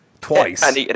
twice